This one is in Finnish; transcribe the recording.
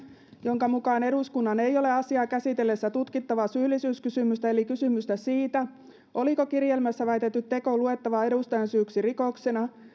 jonka mukaan eduskunnan ei ole asiaa käsitellessä tutkittava syyllisyyskysymystä eli kysymystä siitä oliko kirjelmässä väitetty teko luettava edustajan syyksi rikoksena